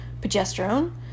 progesterone